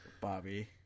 Bobby